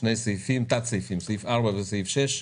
שני תת סעיפים סעיף (4) וסעיף (6)